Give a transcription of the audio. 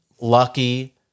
lucky